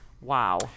Wow